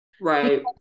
Right